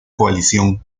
coalición